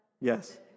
Yes